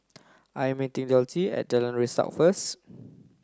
I'm meeting Dulcie at Jalan Resak first